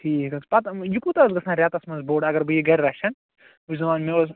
ٹھیٖک حظ پتہٕ یہِ کوتاہ حظ گَژھان ریٚتَس مَنٛز بوٚڑ اگر بہٕ یہِ گھرِ رَچھان بہٕ چھُس دپان مےٚ اوس